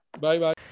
Bye-bye